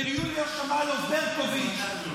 ויוליה שמאלוב-ברקוביץ',